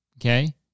okay